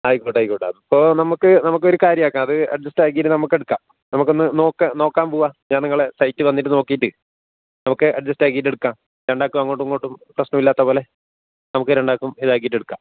ആയിക്കോട്ടെ ആയിക്കോട്ടെ അതിപ്പോൾ നമ്മൾക്ക് നമുക്കൊരു കാര്യം ആക്കാം അത് അഡ്ജസ്റ്റ് ആക്കിയിട്ട് നമുക്കെടുക്കാം നമുക്കൊന്ന് നോക്ക് നോക്കാൻ പോവാം ഞാൻ നിങ്ങളെ സൈറ്റ് വന്നിട്ട് നോക്കിയിട്ട് നമുക്ക് അഡ്ജസ്റ്റ് ആക്കിയിട്ട് എടുക്കാം രണ്ടാൾക്കും അങ്ങോട്ടും ഇങ്ങോട്ടും പ്രശ്നം ഇല്ലാത്ത പോലെ നമുക്ക് രണ്ടാൾക്കും ഇതാക്കിയിട്ടെടുക്കാം